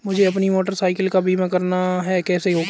मुझे अपनी motorcycle का बीमा करना है कैसे होगा?